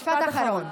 משפט אחרון.